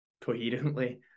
coherently